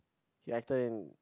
he acted in